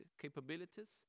capabilities